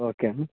okay అండి